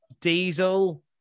Diesel